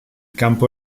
campo